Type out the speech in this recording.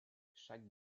chaque